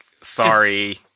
sorry